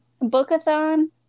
Book-a-thon